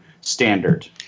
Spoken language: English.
standard